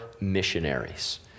missionaries